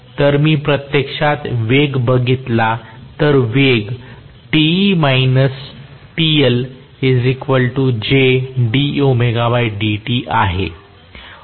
तर मी प्रत्यक्षात वेग बघितला तर वेग आहे